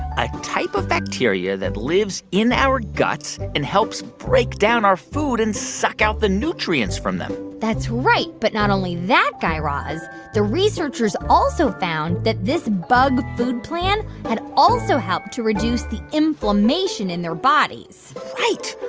a type of bacteria that lives in our guts and helps break down our food and suck out the nutrients from them that's right. but not only that, guy raz the researchers also found that this bug food plan had also helped to reduce the inflammation in their bodies right.